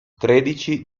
tredici